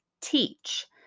teach